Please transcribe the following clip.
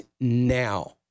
now